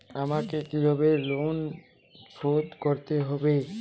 আমাকে কিভাবে লোন শোধ করতে হবে?